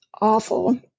awful